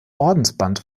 ordensband